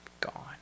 Gone